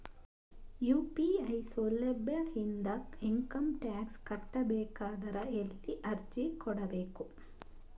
UPI ಸೌಲಭ್ಯ ಇಂದ income tax ಕಟ್ಟಬೇಕಾದರ ಎಲ್ಲಿ ಅರ್ಜಿ ಕೊಡಬೇಕು?